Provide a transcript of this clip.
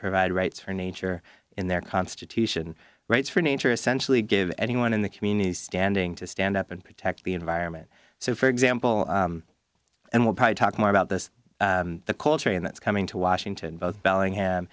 provide rights for nature in their constitution rights for nature essentially give anyone in the community standing to stand up and protect the environment so for example and we'll probably talk more about this the coal train that's coming to washington both bellingham